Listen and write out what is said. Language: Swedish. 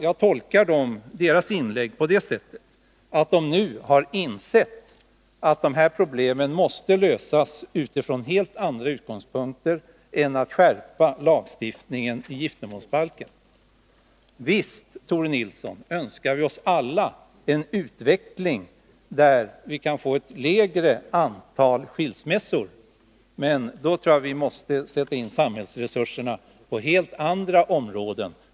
Jag tolkar deras inlägg på det sättet att de nu har insett att problemet måste lösas med helt andra medel än att skärpa lagstiftningen i giftermålsbalken. Visst, Tore Nilsson, önskar vi oss alla en utveckling mot ett mindre antal skilsmässor, men då tror jag att vi måste sätta in samhällsresurserna på helt andra områden.